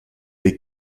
les